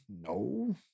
no